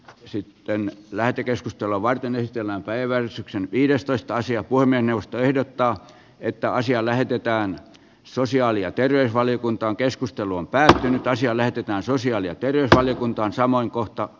ja sitten lähetekeskustelua varten tämän päivän syksyn viidestoista sija voimme nousta ehdottaa että asia lähetetään sosiaali ja terveysvaliokuntaan keskustelu on päätynyt asia lähetetään sosiaali ja terveysvaliokunta on samaan kohta